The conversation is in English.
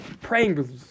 praying